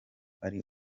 ari